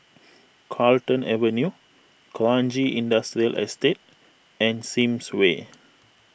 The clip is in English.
Carlton Avenue Kranji Industrial Estate and Sims Way